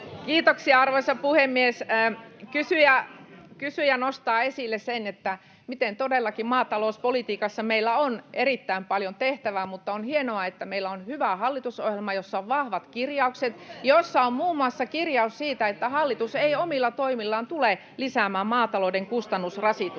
Kiitoksia, arvoisa puhemies! Kysyjä nostaa esille sen, miten todellakin maatalouspolitiikassa meillä on erittäin paljon tehtävää. Mutta on hienoa, että meillä on hyvä hallitusohjelma, jossa on vahvat kirjaukset, jossa on muun muassa kirjaus siitä, että hallitus ei omilla toimillaan tule lisäämään maatalouden kustannusrasitusta.